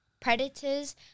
predators